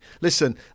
Listen